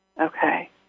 Okay